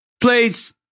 Please